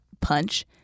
punch